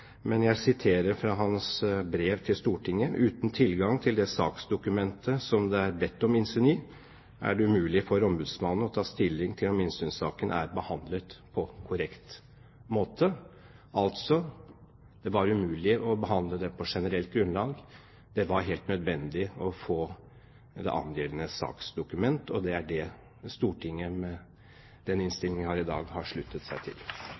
uten tilgang til det saksdokumentet som det er bedt om innsyn i, er det umulig for ombudsmannen å ta stilling til om innsynssaken er behandlet på korrekt måte – altså var det umulig å behandle det på generelt grunnlag. Det var helt nødvendig å få det angjeldende saksdokument, og det er det Stortinget i dag har sluttet seg til